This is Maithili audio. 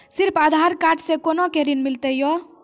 सिर्फ आधार कार्ड से कोना के ऋण मिलते यो?